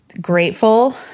grateful